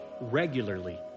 regularly